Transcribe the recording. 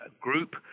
group